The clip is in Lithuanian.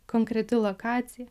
konkreti lokacija